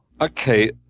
Okay